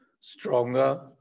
stronger